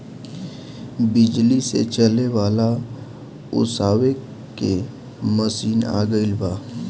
बिजली से चले वाला ओसावे के मशीन आ गइल बा